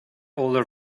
older